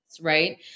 right